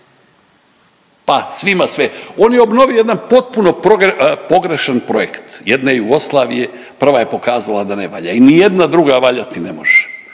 pa svima sve. On je obnovio je potpuno pogrešan projekt jedne Jugoslavije, prva je pokazala da ne valja i nijedna druga valjati ne može.